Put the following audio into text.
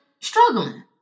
struggling